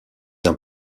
d’un